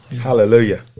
Hallelujah